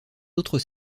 autres